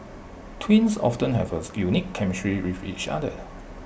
twins often have A unique chemistry with each other